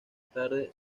tarde